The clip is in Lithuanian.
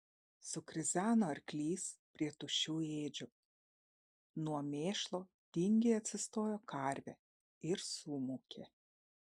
sukrizeno arklys prie tuščių ėdžių nuo mėšlo tingiai atsistojo karvė ir sumūkė